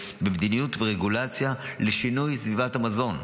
במדיניות וברגולציה לשינוי סביבת המזון,